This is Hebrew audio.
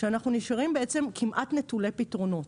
שאנחנו נשארים בעצם כמעט נטולי פתרונות.